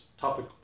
topic